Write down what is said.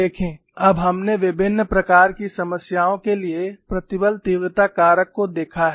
देखें अब हमने विभिन्न प्रकार की समस्याओं के लिए प्रतिबल तीव्रता कारक को देखा है